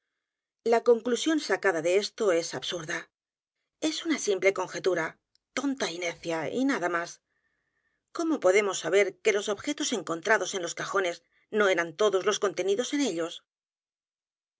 la conclusión sacada de esto és absurda e s u n a simple conjetura tonta necia y nada m á s cómo podemos saber que los objetos encontrados en los cajones no eran todos los contenidos en ellos